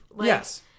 Yes